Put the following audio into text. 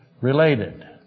related